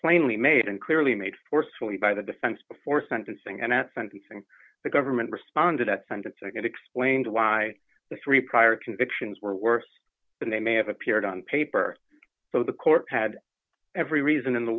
plainly made and clearly made forcefully by the defense before sentencing and at sentencing the government responded that sentence again explain why the three prior convictions were worse than they may have appeared on paper so the court had every reason in the